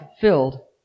filled